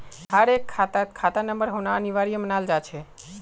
हर एक खातात खाता नंबर होना अनिवार्य मानाल जा छे